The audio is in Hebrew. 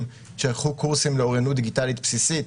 שלקחו קורסים לאוריינות דיגיטלית בסיסית,